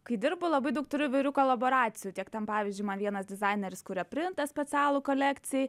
kai dirbu labai daug turiu įvairių kolaboracijų tiek ten pavyzdžiui man vienas dizaineris kuria printą specialų kolekcijai